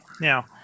now